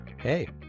Hey